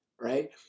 right